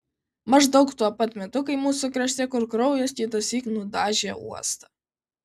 maždaug tuo pat metu kai mūsų krašte kur kraujas kitąsyk nudažė uostą